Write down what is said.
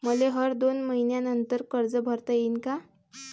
मले हर दोन मयीन्यानंतर कर्ज भरता येईन का?